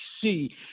see